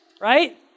right